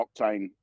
octane